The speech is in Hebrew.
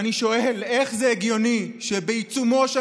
ואני שואל: איך זה הגיוני שבעיצומו של